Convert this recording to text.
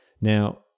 Now